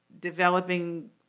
developing